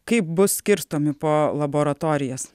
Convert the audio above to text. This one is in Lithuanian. kaip bus skirstomi po laboratorijas